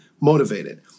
motivated